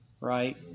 right